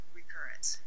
recurrence